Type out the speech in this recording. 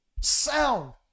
Sound